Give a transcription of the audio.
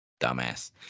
Dumbass